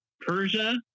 Persia